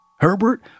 Herbert